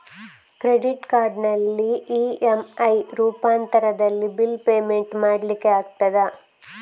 Credit ಕಾರ್ಡಿನಲ್ಲಿ EMI ರೂಪಾಂತರದಲ್ಲಿ bill payment ಮಾಡ್ಲಿಕ್ಕೆ ಆಗ್ತದ?